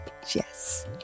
Yes